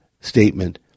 statement